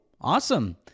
awesome